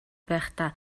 байхдаа